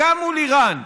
גם מול איראן,